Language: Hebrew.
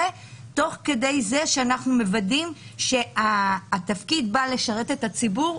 תוך כדי שזה שאנחנו מוודאים שהתפקיד בא לשרת את הציבור,